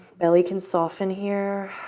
belly can soften here.